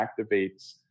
activates